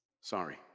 Sorry